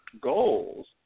goals